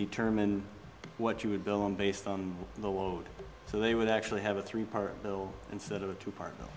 determine what you would build on based on the load so they would actually have a three part build instead of a two parter